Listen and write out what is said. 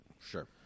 Sure